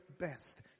Best